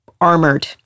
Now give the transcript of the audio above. armored